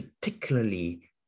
particularly